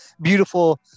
beautiful